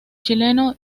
chileno